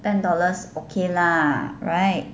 ten dollars okay lah right